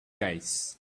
guys